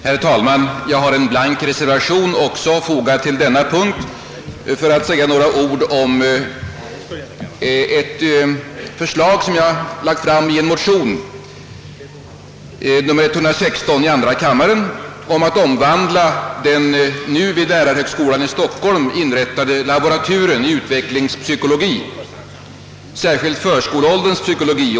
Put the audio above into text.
Herr talman! Sedan framför allt herr Blomquist framfört såväl majoritetens som reservanternas synpunkter, kan jag fatta mig mycket kort. Jag ber att få yrka bifall till utskottets hemställan.